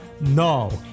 No